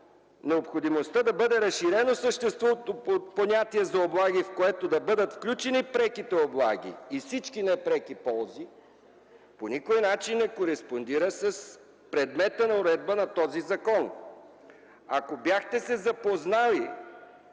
необходимостта да бъде разширено съществуващото понятие за облаги, в което да бъдат включени преките облаги и всички непреки ползи, по никакъв начин не кореспондира с предмета на уредба на този закон. Ако бяхте се запознали